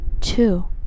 Two